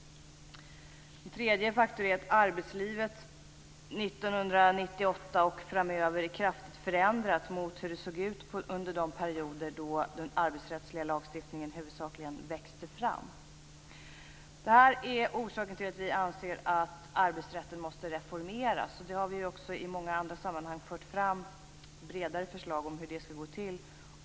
En tredje faktor är att arbetslivet år 1998, och så kommer det också att vara framöver, är kraftigt förändrat jämfört med hur det såg ut under de perioder då den arbetsrättsliga lagstiftningen huvudsakligen växte fram. Detta är orsaken till att vi anser att arbetsrätten måste reformeras. Också i många andra sammanhang har vi fört fram bredare förslag om hur det skall gå till.